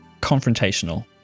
confrontational